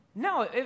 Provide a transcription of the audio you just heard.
No